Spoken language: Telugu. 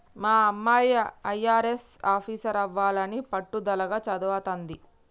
మా అమ్మాయి అయ్యారెస్ ఆఫీసరవ్వాలని పట్టుదలగా చదవతాంది